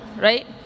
right